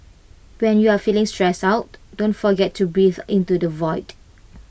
when you are feeling stressed out don't forget to breathe into the void